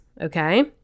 okay